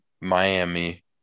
Miami